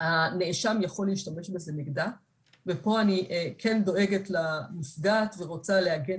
הנאשם יכול להשתמש בזה נגדה ופה אני כן דואגת לנפגעת ורוצה להגן